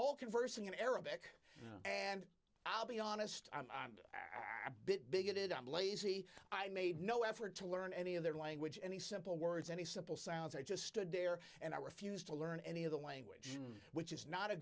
all conversing in arabic and i'll be honest i'm a bit bigoted i'm lazy i made no effort to learn any of their language any simple words any simple sounds i just stood there and i refused to learn any of the language which is not a